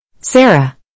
Sarah